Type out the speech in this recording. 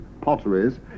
Potteries